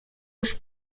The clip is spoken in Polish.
już